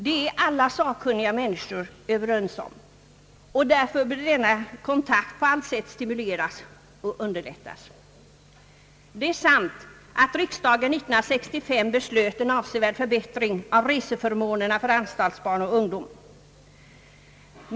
Det är så mycket som hänger m.m. på den kontakten, och därför bör den på allt sätt stimuleras och underlättas. Det är sant att riksdagen 19635 beslöt en avsevärd förbättring av reseförmånerna för anstaltsbarn och ungdom.